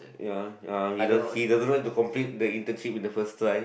ya ya he does he doesn't like to complain the internship with the first try